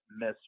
miss